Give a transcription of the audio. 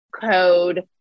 code